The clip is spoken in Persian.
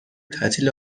تعطیل